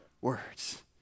words